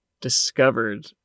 discovered